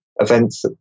events